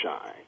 shine